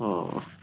ꯑꯣ